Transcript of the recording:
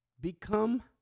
Become